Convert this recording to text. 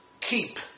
keep